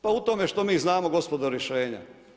Pa u tome što mi znamo gospodo rješenja.